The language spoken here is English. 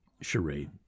charade